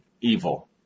evil